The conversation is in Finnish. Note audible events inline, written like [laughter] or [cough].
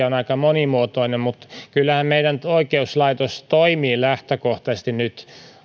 [unintelligible] on aika monimuotoinen mutta kyllähän meillä oikeuslaitos toimii lähtökohtaisesti nyt